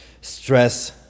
stress